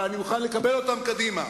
אבל אני מוכן לקבל אותה קדימה.